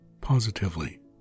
Positively